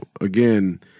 again